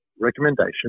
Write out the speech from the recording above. recommendation